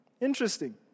Interesting